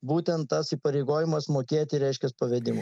būtent tas įpareigojimas mokėti reiškias pavedimu